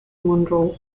munro